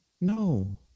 No